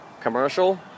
commercial